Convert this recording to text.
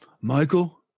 Michael